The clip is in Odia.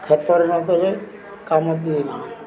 କ୍ଷେତର କାମ ଦିଏ ନାହିଁ